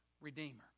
Redeemer